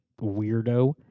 weirdo